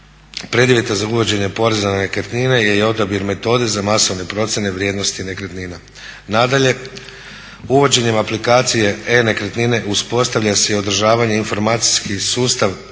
preduvjeta za uvođenje poreza na nekretnine je i odabir metode za masovne procjene vrijednosti nekretnina. Nadalje, uvođenjem aplikacije e-nekretnine uspostavlja se i održavanje informacijski sustav